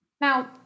Now